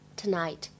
tonight